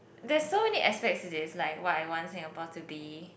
there's so many aspects to this like what I want Singapore to be